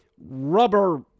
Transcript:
rubber